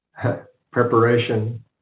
preparation